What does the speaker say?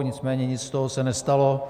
Nicméně nic z toho se nestalo.